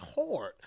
Hard